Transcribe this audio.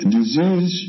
Disease